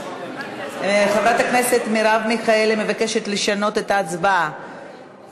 חברת הכנסת מרב מיכאלי מבקשת לשנות את ההצבעה.